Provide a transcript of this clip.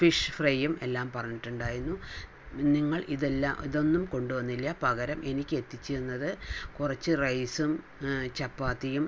fish ഫ്രൈയും എല്ലാം പറഞ്ഞിട്ടുണ്ടായിരുന്നു നിങ്ങൾ ഇതെല്ലാം ഇതൊന്നും കൊണ്ടു വന്നില്ല പകരം എനിക്ക് എത്തിച്ച് തന്നത് കുറച്ച് റൈസും ചപ്പാത്തിയും